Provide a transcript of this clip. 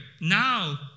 Now